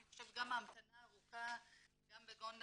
אני חושבת שגם ההמתנה הארוכה גם בגונדר